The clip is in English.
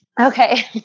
Okay